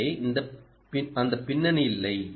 எனவே அந்த பின்னணி இல்லை